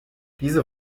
diese